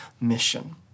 mission